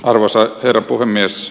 arvoisa herra puhemies